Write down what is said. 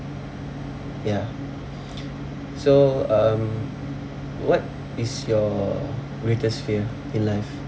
ya so um what is your greatest fear in life